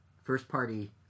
First-party